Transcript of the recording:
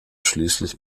schließlich